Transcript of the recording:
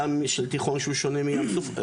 ים תיכון ששונה מים סוף.